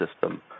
system